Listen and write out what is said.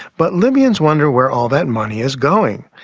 but libyans wonder where all that money is going.